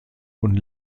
und